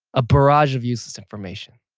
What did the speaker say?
a barrage of useless information.